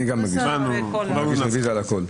אני גם אגיש, רביזיה על הכול.